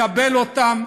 לקבל אותם,